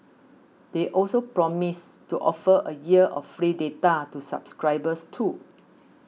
they also promised to offer a year of free data to subscribers too